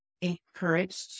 encouraged